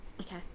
Okay